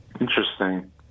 Interesting